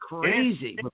crazy